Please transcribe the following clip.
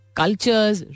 cultures